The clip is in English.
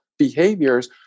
behaviors